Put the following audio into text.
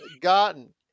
gotten